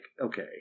okay